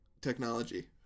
technology